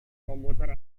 komputer